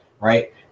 Right